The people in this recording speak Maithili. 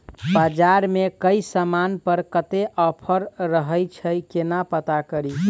बजार मे केँ समान पर कत्ते ऑफर रहय छै केना पत्ता कड़ी?